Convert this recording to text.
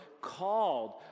called